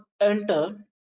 enter